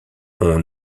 ont